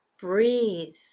breathe